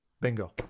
Bingo